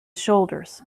shoulders